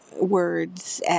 words